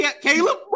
Caleb